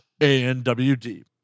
ANWD